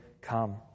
come